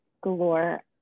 galore